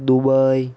Dubai